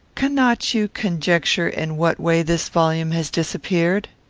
cannot you conjecture in what way this volume has disappeared?